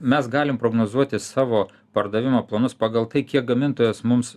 mes galim prognozuoti savo pardavimo planus pagal tai kiek gamintojas mums